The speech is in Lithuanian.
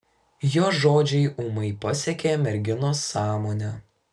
jo žodžiai ūmai pasiekė merginos sąmonę